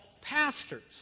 pastors